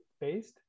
based